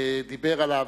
דיבר עליו,